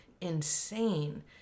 insane